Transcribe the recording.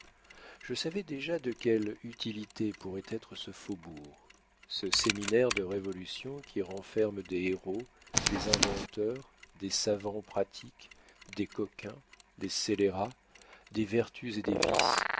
je savais déjà de quelle utilité pourrait être ce faubourg ce séminaire de révolutions qui renferme des héros des inventeurs des savants pratiques des coquins des scélérats des vertus et des vices